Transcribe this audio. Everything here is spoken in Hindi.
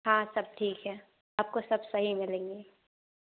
हाँ सब ठीक है आपको सब सही मिलेंगे